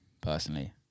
personally